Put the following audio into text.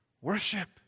Worship